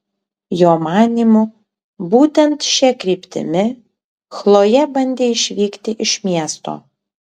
jo manymu būtent šia kryptimi chlojė bandė išvykti iš miesto